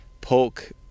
polk